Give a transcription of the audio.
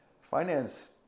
Finance